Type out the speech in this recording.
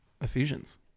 Ephesians